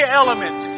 element